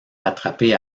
rattrapé